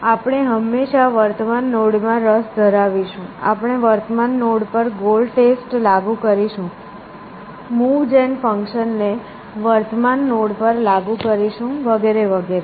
આપણે હંમેશાં વર્તમાન નોડ માં રસ ધરાવીશું આપણે વર્તમાન નોડ પર ગોલ ટેસ્ટ લાગુ કરીશું મૂવ જેન ફંક્શન ને વર્તમાન નોડ પર લાગુ કરીશું વગેરે વગેરે